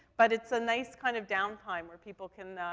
but it's a nice kind of down time where people can, ah,